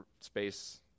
space